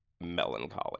melancholy